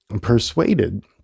persuaded